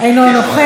אינו נוכח,